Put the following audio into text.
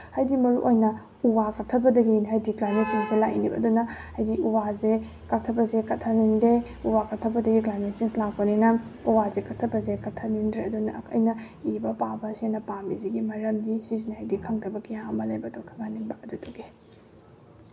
ꯍꯥꯏꯗꯤ ꯃꯔꯨꯑꯣꯏꯅ ꯎ ꯋꯥ ꯀꯛꯊꯠꯄꯗꯒꯤꯅꯤ ꯍꯥꯏꯗꯤ ꯀ꯭ꯂꯥꯏꯃꯦꯠ ꯆꯦꯟꯖꯁꯦ ꯂꯥꯛꯏꯅꯦꯕ ꯑꯗꯨꯅ ꯍꯥꯏꯗꯤ ꯎ ꯋꯥꯁꯦ ꯀꯛꯊꯠꯄꯁꯦ ꯀꯛꯊꯠꯍꯟꯅꯤꯡꯗꯦ ꯎ ꯋꯥ ꯀꯛꯊꯠꯄꯗꯒꯤ ꯀ꯭ꯂꯥꯏꯃꯦꯠ ꯆꯦꯟꯖ ꯂꯥꯛꯄꯅꯤꯅ ꯎ ꯋꯥꯁꯦ ꯀꯛꯊꯠꯄꯁꯦ ꯀꯛꯊꯠꯍꯟꯅꯤꯡꯗ꯭ꯔꯦ ꯑꯗꯨꯅ ꯑꯩꯅ ꯏꯕ ꯄꯥꯕꯁꯤꯅ ꯄꯥꯝꯃꯤꯁꯤꯒꯤ ꯃꯔꯝꯗꯤ ꯁꯤꯁꯤꯅꯤ ꯍꯥꯏꯗꯤ ꯈꯪꯗꯕ ꯀꯌꯥ ꯑꯃ ꯂꯩꯕꯗꯣ ꯈꯪꯍꯟꯅꯤꯡꯕ ꯑꯗꯨꯗꯨꯒꯤ